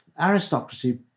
aristocracy